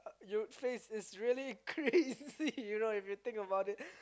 you face is really crazy you know if you think about it